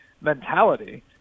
mentality